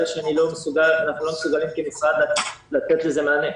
שאנחנו לא מסוגלים כמשרד לתת לזה מענה?